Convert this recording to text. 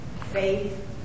faith